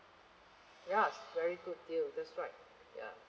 ya it's a very good deal that's right ya